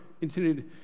intended